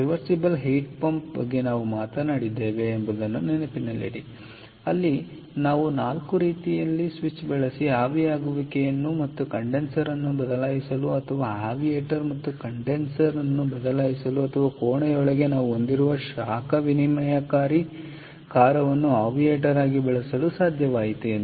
reversible heat pump ಬಗ್ಗೆ ನಾವು ಮಾತನಾಡಿದ್ದೇವೆ ಎಂಬುದನ್ನು ನೆನಪಿನಲ್ಲಿಡಿ ಅಲ್ಲಿ ನಾವು ನಾಲ್ಕು ರೀತಿಯಲ್ಲಿ ಸ್ವಿಚ್ ಬಳಸಿ ಆವಿಯಾಗುವಿಕೆಯನ್ನು ಮತ್ತು ಕಂಡೆನ್ಸರ್ ಅನ್ನು ಬದಲಾಯಿಸಲು ಅಥವಾ ಆವಿಯೇಟರ್ ಮತ್ತು ಕಂಡೆನ್ಸರ್ ಅನ್ನು ಬದಲಾಯಿಸಲು ಅಥವಾ ಬೇಸಿಗೆಯಲ್ಲಿ ಕೋಣೆಯೊಳಗೆ ನಾವು ಹೊಂದಿರುವ ಶಾಖ ವಿನಿಮಯಕಾರಕವನ್ನು ಆವಿಯೇಟರ್ ಆಗಿ ಬಳಸಲು ಇದು ಸಾಧ್ಯವಾಯಿತು